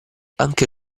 anche